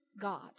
God